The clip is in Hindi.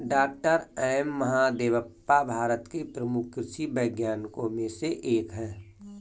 डॉक्टर एम महादेवप्पा भारत के प्रमुख कृषि वैज्ञानिकों में से एक हैं